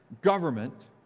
government